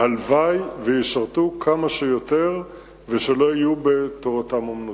והלוואי שישרתו כמה שיותר ושלא יהיו ב"תורתם אומנותם".